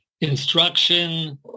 instruction